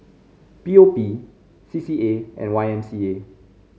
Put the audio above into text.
P O P C C A and Y M C A